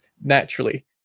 naturally